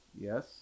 Yes